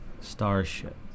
Starship